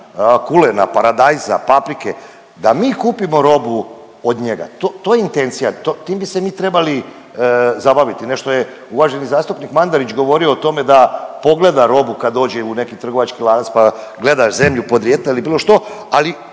kulena, paradajza, paprike da mi kupimo robu od njega. To je intencija, tim bi se mi trebali zabaviti. Nešto je uvaženi zastupnik Mandarić govorio o tome da pogleda robu kad dođe u neki trgovački lanac pa gleda zemlju podrijetla ili bilo što, ali